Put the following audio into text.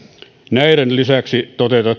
näiden lisäksi